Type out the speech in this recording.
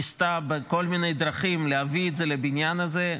היא ניסתה בכל מיני דרכים להביא את זה לבניין הזה.